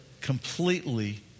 completely